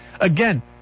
Again